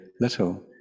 little